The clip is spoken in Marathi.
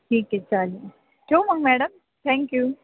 ठीक आहे चालेल ठेवू मग मॅडम थँक्यू